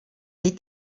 des